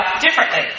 differently